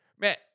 Man